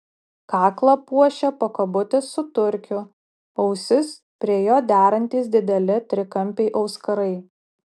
kaklą puošė pakabutis su turkiu ausis prie jo derantys dideli trikampiai auskarai